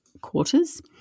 quarters